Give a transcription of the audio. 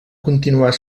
continuar